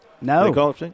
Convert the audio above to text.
No